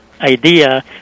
idea